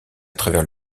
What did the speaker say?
travers